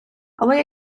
але